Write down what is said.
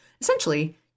Essentially